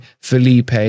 Felipe